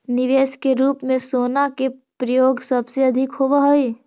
निवेश के रूप में सोना के प्रयोग सबसे अधिक होवऽ हई